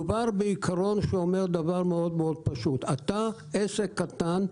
מדובר בעיקרון שאומר דבר מאוד פשוט: אתה, עסק קטן,